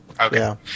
Okay